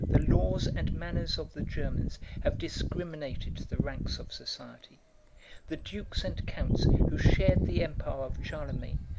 the laws and manners of the germans have discriminated the ranks of society the dukes and counts, who shared the empire of charlemagne,